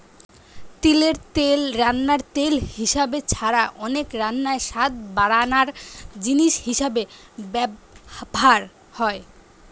তিলের তেল রান্নার তেল হিসাবে ছাড়া অনেক রান্নায় স্বাদ বাড়ানার জিনিস হিসাবে ব্যভার হয়